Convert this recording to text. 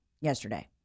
yesterday